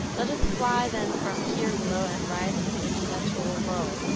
let us fly then from here below and rise to the intellectual world,